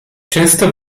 często